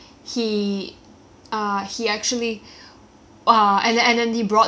ah and then and then he brought the wrong order and he was very apologetic he actually had the uh